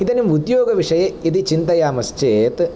इदानीम् उद्योगविषये यदि चिन्तयामश्चेत्